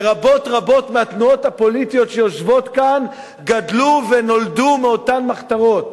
ורבות-רבות מהתנועות הפוליטיות שיושבות כאן גדלו ונולדו מאותן מחתרות,